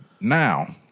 Now